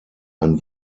ein